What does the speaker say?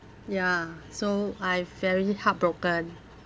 ya so I very heartbroken